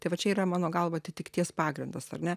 tai va čia yra mano galva atitikties pagrindas ar ne